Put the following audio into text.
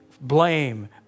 blame